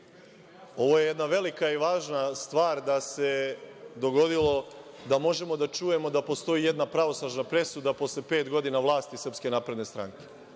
Ovo je jedna velika i važna stvar da se dogodilo, da možemo da čujemo da postoji jedna pravosnažna presuda posle pet godina vlasti SNS. To je dobra